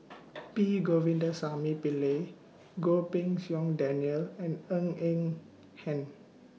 P Govindasamy Pillai Goh Pei Siong Daniel and Ng Eng Hen